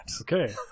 Okay